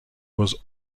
was